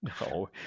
no